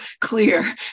clear